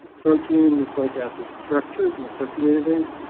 protein and nucleic acid structures in the structure database.